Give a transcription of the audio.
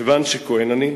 מכיוון שכוהן אני,